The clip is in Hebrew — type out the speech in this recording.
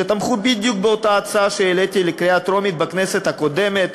שתמכו בדיוק באותה הצעה שהעליתי לקריאה הטרומית בכנסת הקודמת.